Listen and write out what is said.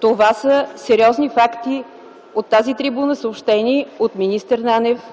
Това са сериозни факти, съобщени от тази трибуна от министър Нанев,